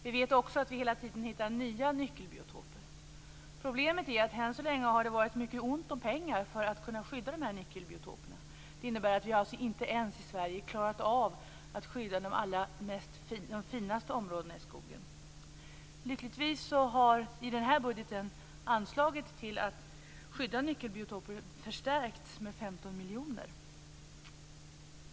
Vi vet också att man hela tiden hittar nya nyckelbiotoper. Problemet är att än så länge har det varit mycket ont om pengar för att skydda nyckelbiotoper. Det innebär alltså att vi i Sverige inte ens har klarat av att skydda de allra finaste områdena i skogen. Lyckligtvis har anslaget i den här budgeten för att skydda nyckelbiotoper förstärkts med 15 miljoner.